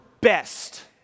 best